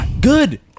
good